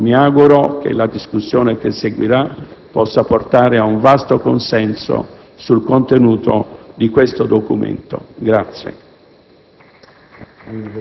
Quindi, mi auguro che la discussione che seguirà possa portare a un vasto consenso sul contenuto del documento al